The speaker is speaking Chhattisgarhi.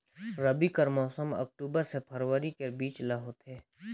रबी कर मौसम अक्टूबर से फरवरी के बीच ल होथे